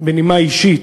בנימה אישית: